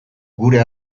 gure